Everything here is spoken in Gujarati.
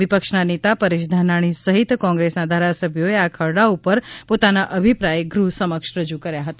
વિપક્ષના નેતા પરેશ ધાનાની સહિત કોંગ્રેસ્સના ધારાસભ્યોએ આ ખરડા ઉપર પોતાના અભિપ્રાય ગૃહ સમક્ષ રજૂ કર્યા હતા